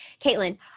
Caitlin